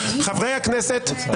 ------ חברת הכנסת אפרת רייטן,